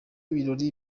birori